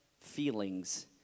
feelings